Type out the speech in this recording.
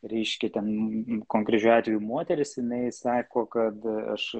reiškia ten konkrečiu atveju moteris jinai sako kad aš